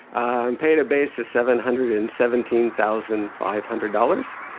i'm paid a base of seven hundred and seventeen thousand five hundred dollars.